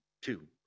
two